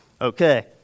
Okay